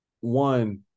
one